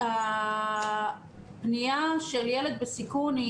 הפניה של ילד בסיכון,